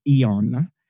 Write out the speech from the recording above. Ion